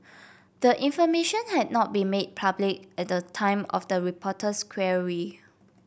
the information had not been made public at the time of the reporter's query